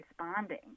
responding